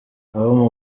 aho